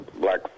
black